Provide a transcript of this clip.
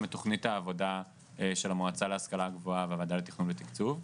תוכנית העבודה של המועצה להשכלה גבוהה והוועדה לתכנון ותקצוב.